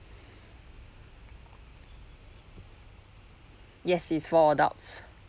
yes it's four adults